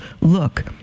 look